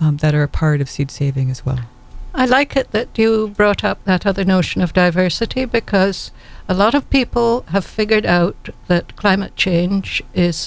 that are part of seed saving as well i like that you brought up that other notion of diversity because a lot of people have figured out that climate change is